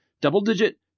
double-digit